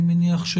אני מניח,